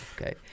Okay